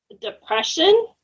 depression